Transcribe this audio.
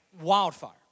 wildfire